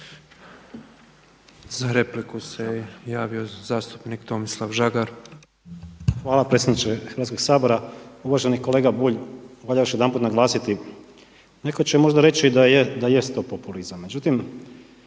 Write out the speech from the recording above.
Za repliku se javio zastupnik Tomislav Žagar. **Žagar, Tomislav (Nezavisni)** Hvala predsjedniče Hrvatskog sabora. Uvaženi kolega Bulj, valja još jedanput naglasiti, neko će možda reći da jest to populizam, međutim